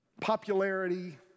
popularity